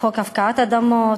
חוק הפקעת אדמות,